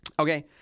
Okay